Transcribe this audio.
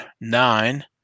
nine